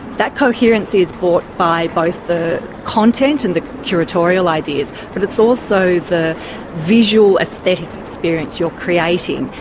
that coherence is bought by both the content and the curatorial ideas, but it's also the visual aesthetic experience you're creating,